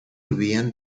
vivían